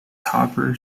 hopper